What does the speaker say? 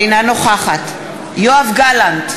אינה נוכחת יואב גלנט,